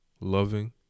loving